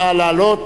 נא לעלות